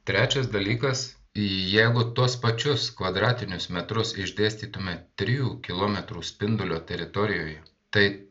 trečias dalykas jeigu tuos pačius kvadratinius metrus išdėstytume trijų kilometrų spindulio teritorijoje tai